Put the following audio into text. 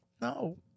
No